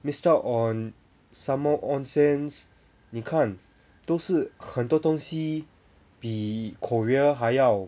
missed out on some more onsen 你看都是很多东西比 korea 还要